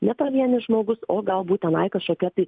ne pavienis žmogus o galbūt tenai kažkokia tai